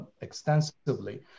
extensively